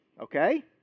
okay